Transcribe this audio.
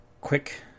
quick